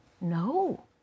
No